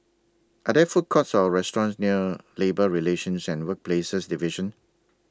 Are There Food Courts Or restaurants near Labour Relations and Workplaces Division